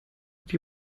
die